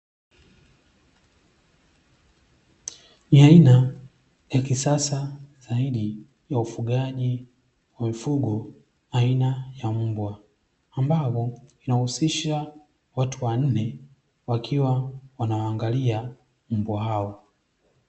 Ni aina ya kisasa zaidi ya ufugaji wa mifugo aina ya mbwa, ambao inahusisha watu wanne wakiwa wanawaangalia mbwa hawa.